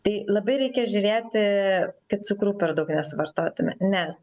tai labai reikia žiūrėti kad cukrų per daug nesvarstotume nes